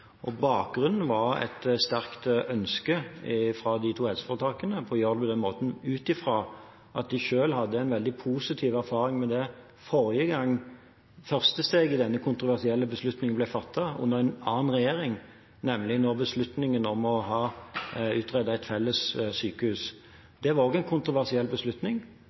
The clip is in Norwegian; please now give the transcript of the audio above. og Romsdal og Helse Midt-Norge. Og bakgrunnen var et sterkt ønske fra de to helseforetakene om å gjøre det på den måten, ut ifra at de selv hadde en veldig positiv erfaring med det da det første steget i denne kontroversielle beslutningen ble fattet, under en annen regjering, nemlig da beslutningen ble tatt om å utrede et felles sykehus. Det var også en kontroversiell beslutning.